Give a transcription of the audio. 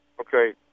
Okay